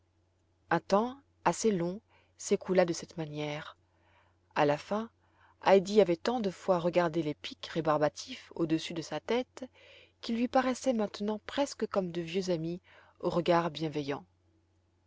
un temps assez long s'écoula de cette manière a la fin heidi avait tant de fois regardé les pics rébarbatifs au-dessus de sa tête qu'ils lui paraissaient maintenant presque comme de vieux amis au regard bienveillant